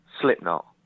Slipknot